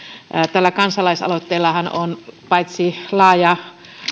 tällä kansalaisaloitteellahan on paitsi laaja